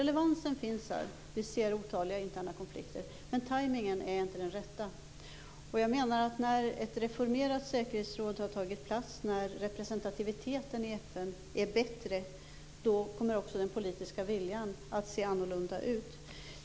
Relevansen finns här - vi ser otaliga interna konflikter. Men tajmningen är inte den rätta. När ett reformerat säkerhetsråd har tagit plats och när representativiteten i FN är bättre kommer också den politiska viljan att se annorlunda ut.